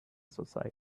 society